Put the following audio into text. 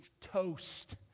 toast